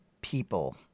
people